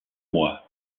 mois